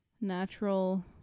natural